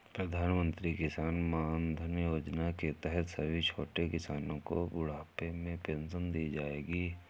प्रधानमंत्री किसान मानधन योजना के तहत सभी छोटे किसानो को बुढ़ापे में पेंशन दी जाएगी